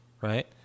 right